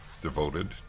devoted